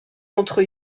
entre